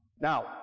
Now